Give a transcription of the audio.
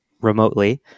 remotely